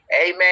amen